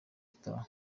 gitaha